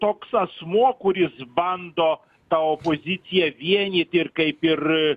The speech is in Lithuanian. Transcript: toks asmuo kuris bando tą opoziciją vienyti ir kaip ir